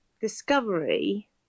Discovery